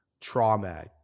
trauma